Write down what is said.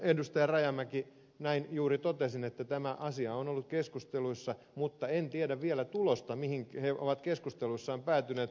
rajamäki näin juuri totesin että tämä asia on ollut keskusteluissa mutta en tiedä vielä tulosta mihin he ovat keskusteluissaan päätyneet